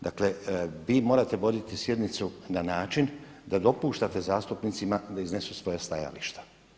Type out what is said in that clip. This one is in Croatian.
Dakle vi morate voditi sjednicu na način da dopuštate zastupnicima da iznesu svoja stajališta.